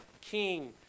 king